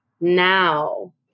now